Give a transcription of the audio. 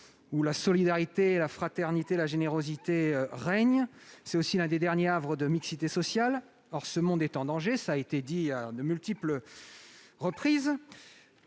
la solidarité, la fraternité et la générosité. C'est aussi l'un des derniers havres de mixité sociale. Or ce monde est en danger, cela a été dit à de multiples reprises.